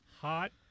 Hot